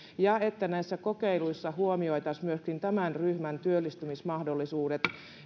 ja että näissä kokeiluissa huomioitaisiin myöskin tämän ryhmän työllistymismahdollisuudet